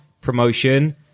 promotion